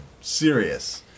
Serious